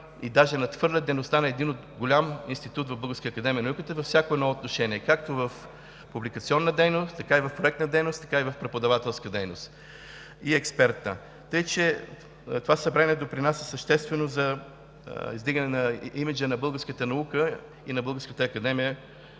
и даже надхвърля дейността на един голям институт в Българската академия на науките във всяко едно отношение – както в публикационна дейност, така и в проектна, и в преподавателска, и в експертна дейност. Така че това събрание допринася съществено за издигане на имиджа на българската наука и на Българската академия